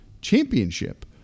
Championship